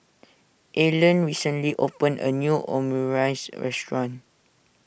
Allen recently opened a new Omurice restaurant